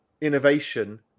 innovation